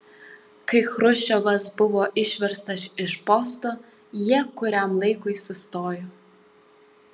kai chruščiovas buvo išverstas iš posto jie kuriam laikui sustojo